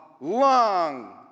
long